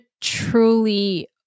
truly